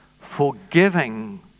forgiving